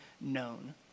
known